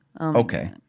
okay